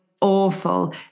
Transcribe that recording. awful